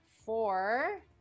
four